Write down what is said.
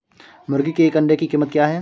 मुर्गी के एक अंडे की कीमत क्या है?